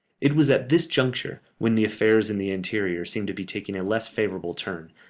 it was at this juncture, when the affairs in the interior seemed to be taking a less favourable turn,